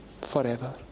forever